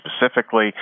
specifically